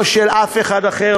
לא של אף אחד אחר,